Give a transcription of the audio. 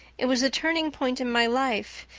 it was the turning point in my life.